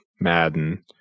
Madden